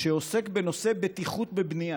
שעוסק בבטיחות בבנייה,